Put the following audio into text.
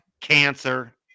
cancer